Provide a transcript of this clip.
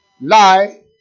lie